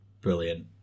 brilliant